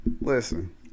listen